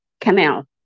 canal